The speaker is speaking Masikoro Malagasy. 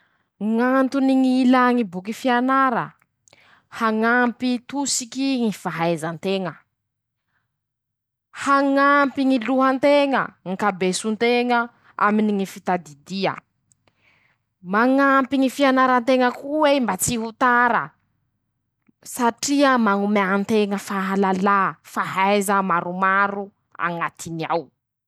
Ñ'antony ñ'ilà ñy boky fianara: -Hañampy tosiky ñy fahaiza nteña. -Hangampy ñy loha nteña, ñy kabeso nteña aminy ñy fitadidia. -Hañampy ñy fianara nteña koa ei mba tsy ho tara, satria mañomea anteña fahalala, fahaiza maromaro añatiniao.